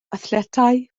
athletau